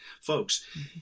Folks